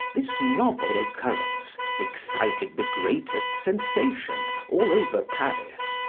this novel occurrence excited the greatest sensation all over paris,